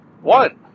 One